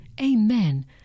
amen